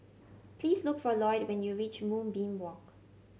please look for Lloyd when you reach Moonbeam Walk